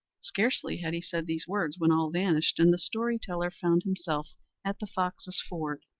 scarcely had he said these words when all vanished, and the story-teller found himself at the foxes' ford,